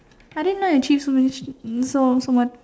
I didn't know you achieve so many so so much